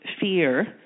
fear